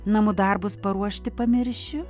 namų darbus paruošti pamiršiu